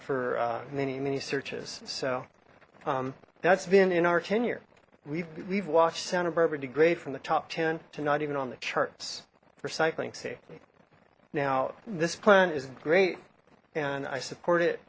for many many searches so that's been in our tenure we've we've watched santa barbara degrade from the top ten to not even on the charts recycling safely now this plan is great and i support it